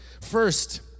First